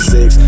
Six